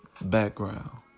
background